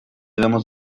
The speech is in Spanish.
damos